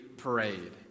parade